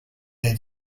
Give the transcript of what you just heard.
their